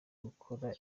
gukora